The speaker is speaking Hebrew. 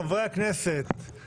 חברי הכנסת,